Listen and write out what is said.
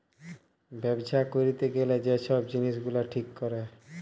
ব্যবছা ক্যইরতে গ্যালে যে ছব জিলিস গুলা ঠিক ক্যরে